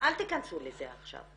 אל תכנסו לזה עכשיו.